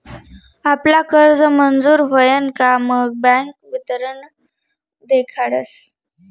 आपला कर्ज मंजूर व्हयन का मग बँक वितरण देखाडस